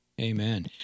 Amen